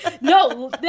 No